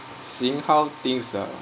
seeing how things are